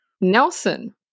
Nelson